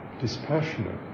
dispassionate